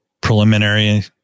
preliminary